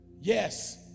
Yes